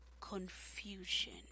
confusion